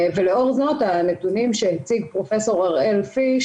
לאור זאת הנתונים שהציג פרופ' הראל-פיש